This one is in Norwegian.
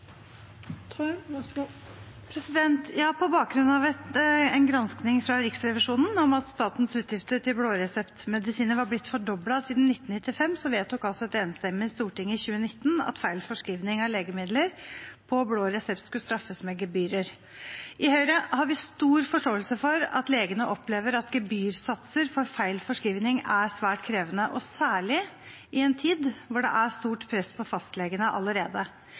Riksrevisjonen om at statens utgifter til blåreseptmedisiner var blitt fordoblet siden 1995, vedtok altså et enstemmig storting i 2019 at feil forskrivning av legemidler på blå resept skulle straffes med gebyrer. I Høyre har vi stor forståelse for at legene opplever at gebyrsatser for feil forskrivning er svært krevende, særlig i en tid hvor det er stort press på fastlegene allerede.